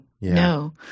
No